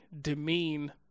demean